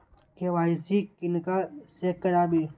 KYC किनका से कराबी?